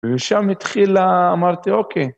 ומשם התחילה אמרתי אוקיי.